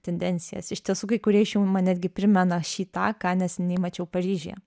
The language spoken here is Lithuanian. tendencijas iš tiesų kai kurie iš jų man netgi primena šį tą ką neseniai mačiau paryžiuje